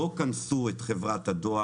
לא קנסו את חברת הדואר,